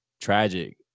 tragic